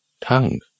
tongue